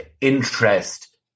interest